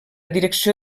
direcció